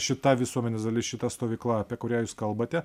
šita visuomenės dalis šita stovykla apie kurią jūs kalbate